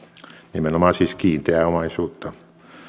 nimenomaan siis kiinteää omaisuutta